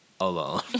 alone